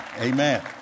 Amen